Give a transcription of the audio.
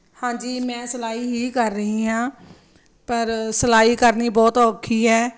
ਹਾਂਜੀ ਮੈਂ ਸਿਲਾਈ ਹੀ ਕਰ ਰਹੀ ਹਾਂ ਪਰ ਸਿਲਾਈ ਕਰਨੀ ਬਹੁਤ ਔਖੀ ਹੈ